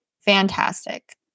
fantastic